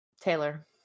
Taylor